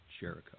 Jericho